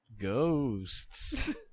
Ghosts